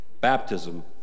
Baptism